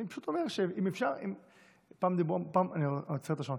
אני פשוט אומר, שאם אפשר, אני עוצר את השעון.